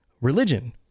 religion